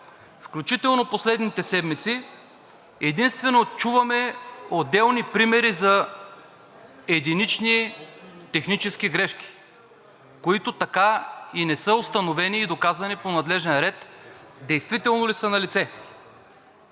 включително последните седмици единствено чуваме отделни примери за единични технически грешки, които така и не са установени и доказани по надлежен ред, действително ли са налице.